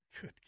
good